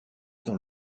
dans